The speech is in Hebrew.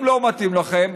אם לא מתאים לכם,